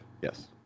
Yes